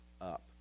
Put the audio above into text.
up